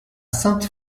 sainte